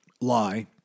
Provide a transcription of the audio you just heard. lie